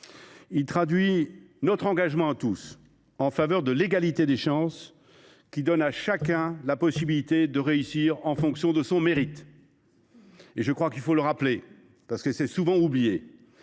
traduit notre engagement à tous en faveur de l’égalité des chances, qui donne à chacun la possibilité de réussir en fonction de son mérite. Il faut rappeler cette vérité souvent oubliée